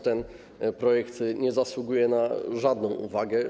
Ten projekt nie zasługuje na żadną uwagę.